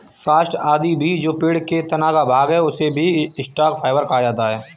काष्ठ आदि भी जो पेड़ के तना का भाग है, उसे भी स्टॉक फाइवर कहा जाता है